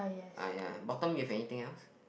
uh ya bottom you have anything else